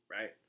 Right